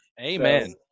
Amen